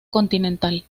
continental